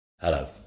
Hello